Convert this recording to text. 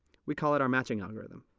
we call it our matching algorithm.